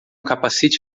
capacete